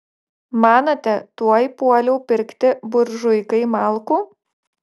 manote tuoj puoliau pirkti buržuikai malkų